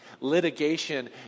Litigation